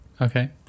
Okay